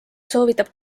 soovitab